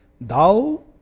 Thou